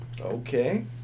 Okay